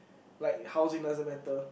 like housing doesn't matter